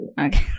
Okay